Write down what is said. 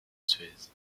suez